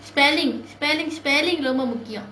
spelling spelling spelling ரொம்ப முக்கியம்:romba mukkiyam